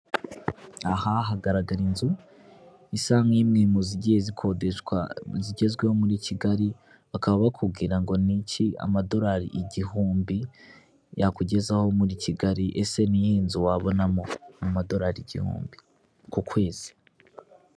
Aha hagaragara inzu isa nk'imwe mu zigiye zikodeshwa zigezweho muri Kigali, bakaba bakubwira ngo ni iki amadolari igihumbi yakugezaho muri Kigali. Ese ni iyihe nzu wabonamo mu amadorari igihumbi ku kwezi.